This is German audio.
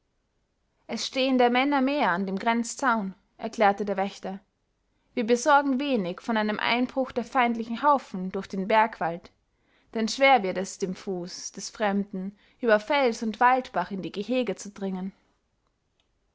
es stehen der männer mehr an dem grenzzaun erklärte der wächter wir besorgen wenig von einem einbruch der feindlichen haufen durch den bergwald denn schwer wird es dem fuß des fremden über fels und waldbach in die gehege zu dringen